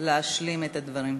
להשלים את הדברים.